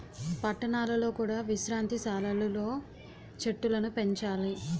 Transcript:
పట్టణాలలో కూడా విశ్రాంతి సాలలు లో చెట్టులను పెంచాలి